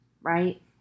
right